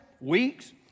weeks